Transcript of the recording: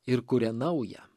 ir kuria naują